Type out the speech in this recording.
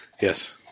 yes